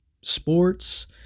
sports